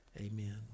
amen